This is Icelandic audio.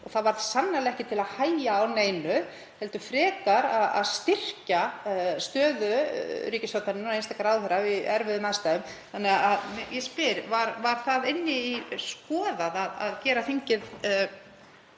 og það var sannarlega ekki til að hægja á neinu heldur frekar að styrkja stöðu ríkisstjórnarinnar og einstakra ráðherra í erfiðum aðstæðum. Þannig að ég spyr: Var það skoðað að gera þingið